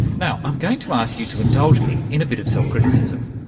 now, i'm going to ask you to indulge me in a bit of self-criticism.